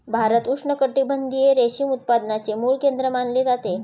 भारत उष्णकटिबंधीय रेशीम उत्पादनाचे मूळ केंद्र मानले जाते